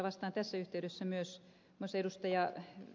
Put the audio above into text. vastaan tässä yhteydessä myös ed